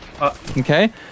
okay